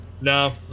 No